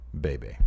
baby